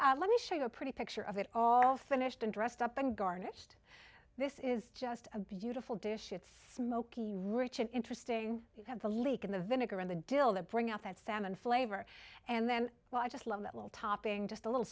let me show you a pretty picture of it all finished and dressed up and garnished this is just a beautiful dish it's smoky rich and interesting you have a leak in the vinegar in the dill that bring out that salmon flavor and then well i just love that little topping just a little